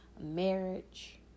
marriage